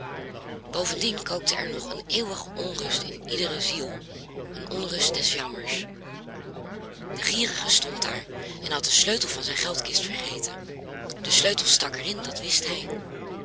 bovendien kookte er nog een eeuwige onrust in iedere ziel een onrust des jammers de gierige stond daar en had den sleutel van zijn geldkist vergeten de sleutel stak er in dat wist hij